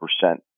percent